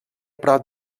prop